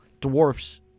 dwarfs